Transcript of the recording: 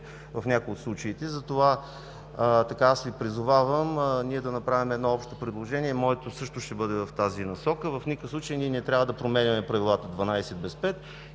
в някои от случаите. Затова Ви призовавам да направим общо предложение. Моето също ще бъде в тази насока. В никакъв случай ние не трябва да променяме правилата